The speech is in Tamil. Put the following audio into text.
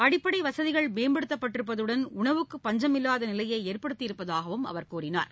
அடிப்படை வசதிகள் மேம்படுத்தப்பட்டிருப்பதுடன் உணவுக்கு பஞ்சமில்லாத நிலையை ஏற்படுத்தி இருப்பதாகவும் அவர் கூறினார்